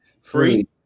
Free